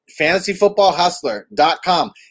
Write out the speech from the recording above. FantasyFootballHustler.com